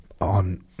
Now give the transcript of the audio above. on